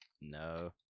no